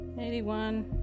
81